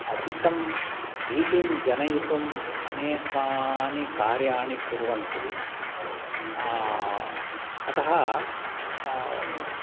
अधिकं भीतिं जनयितुम् अनेकानि कार्याणि कुर्वन्ति अतः